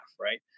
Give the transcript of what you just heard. Right